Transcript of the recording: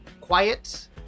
quiet